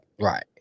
Right